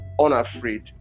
unafraid